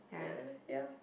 yeah yeah